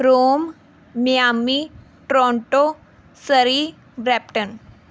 Rome Miami Toronto Surrey Brampton